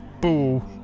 Boo